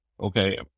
Okay